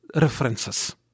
references